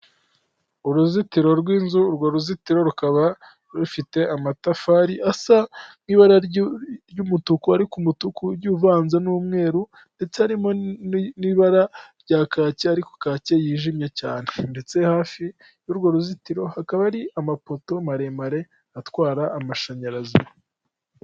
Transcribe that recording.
Uruzitiro rw'inzu urwo ruzitiro rukaba rufite amatafari asa nk'ibara ry'umutuku ariko ku umutuku uvanze n'umweru ndetse harimo n'ibara rya kayatsi ariko kake yijimye cyane ndetse hafi y'urwo ruzitiro hakaba ari amapoto maremare atwara amashanyarazi.